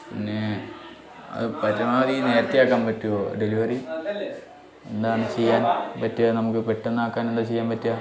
പിന്നേ അത് പരമാവധി നേരത്തേയാക്കാൻ പറ്റുമോ ഡെലിവറി എന്താണ് ചെയ്യാൻ പറ്റുക നമുക്ക് പെട്ടെന്നാക്കാൻ എന്താ ചെയ്യാൻ പറ്റുക